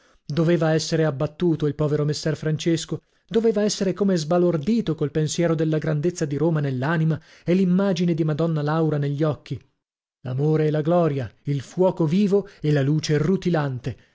doveva essere abbattuto il povero messer francesco doveva essere come sbalordito col pensiero della grandezza di roma nell'anima e l'immagine di madonna laura negli occhi l'amore e la gloria il fuoco vivo e la luce